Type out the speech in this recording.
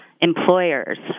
employers